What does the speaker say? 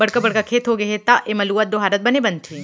बड़का बड़का खेत होगे त एमा लुवत, डोहारत बने बनथे